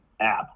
app